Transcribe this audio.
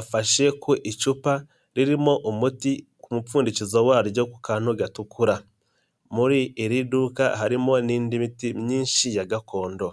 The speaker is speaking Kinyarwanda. afashe ku icupa ririmo umuti ku mupfundikizo waryo ku kantu gatukura, muri iri duka harimo n'indi miti myinshi ya gakondo.